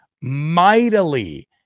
mightily